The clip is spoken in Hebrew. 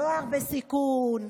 נוער בסיכון,